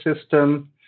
system